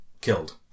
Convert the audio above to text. killed